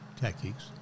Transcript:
tactics